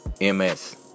ms